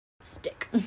stick